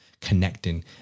connecting